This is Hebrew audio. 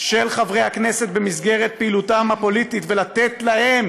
של חברי הכנסת במסגרת פעילותם הפוליטית ולתת להם,